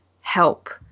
help